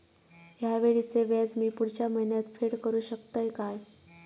हया वेळीचे व्याज मी पुढच्या महिन्यात फेड करू शकतय काय?